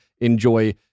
enjoy